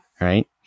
right